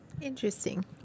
Interesting